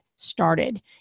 Started